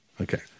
Okay